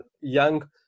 young